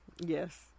Yes